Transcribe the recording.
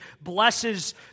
blesses